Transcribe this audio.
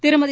திருமதி